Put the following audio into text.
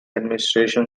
administration